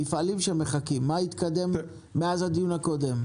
מפעלים שמחכים, מה התקדם מהדיון הקודם?